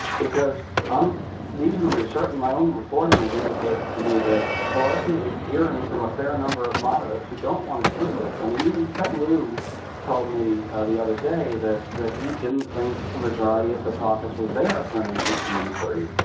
because i'm reasonably certain, my own reporting has indicated to me that pelosi is hearing from a fair number of moderates who don't want to do this. i mean, even ted lieu told me the other day that that he didn't think a majority of the caucus was there for an impeachment inquiry,